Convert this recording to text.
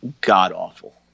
god-awful